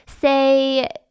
say